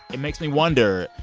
it makes me wonder,